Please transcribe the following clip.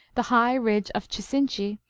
the high ridge of chisinchi,